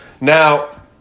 Now